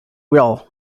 well